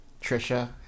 Trisha